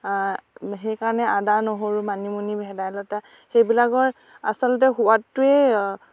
সেইকাৰণে আদা নহৰু মানিমুনি ভেদাইলতা সেইবিলাকৰ আচলতে সোৱাদটোৱেই